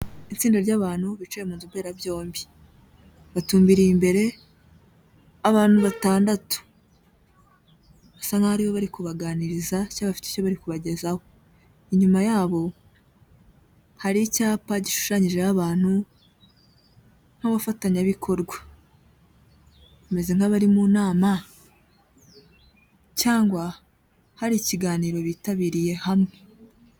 Itsinda ry'abantu bicaye mu nzu mberabyombi. Batumbiriye imbere abantu batandatu, basa n'aho bari kubaganiriza, cyangwa se bafite icyo bari kubagezaho. Inyuma yabo hari icyapa gishushanyijeho abantu, nk'abafatanyabikorwa bameze nk'abari mu nama cyangwa hari ikiganiro bitabiriye hamwe.